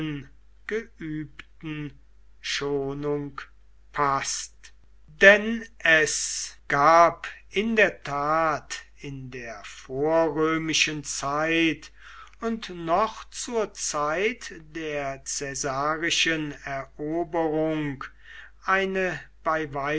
geübten schonung paßt denn es gab in der tat in der vorrömischen zeit und noch zur zeit der caesarischen eroberung eine